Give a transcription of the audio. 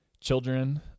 Children